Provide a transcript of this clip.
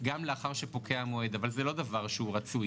גם לאחר שפוקע המועד אבל זה לא דבר רצוי,